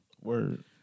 Word